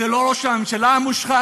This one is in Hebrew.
זה לא ראש הממשלה המושחת,